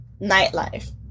nightlife